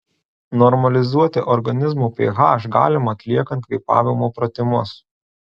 normalizuoti organizmo ph galima atliekant kvėpavimo pratimus